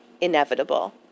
inevitable